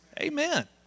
Amen